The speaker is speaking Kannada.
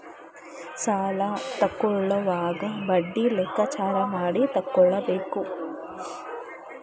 ಸಾಲ ತಕ್ಕೊಳ್ಳೋವಾಗ ಬಡ್ಡಿ ಲೆಕ್ಕಾಚಾರ ಮಾಡಿ ತಕ್ಕೊಬೇಕು